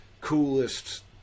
coolest